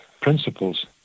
principles